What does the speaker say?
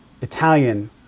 Italian